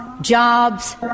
jobs